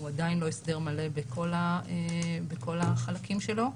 הוא עדיין לא הסדר מלא בכל החלקים שלו,